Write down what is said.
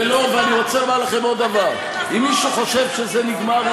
ואני רוצה לומר לכם עוד דבר: אם מישהו חושב שזה נגמר,